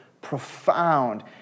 profound